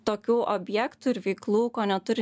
tokių objektų ir veiklų ko neturi